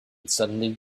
suddenly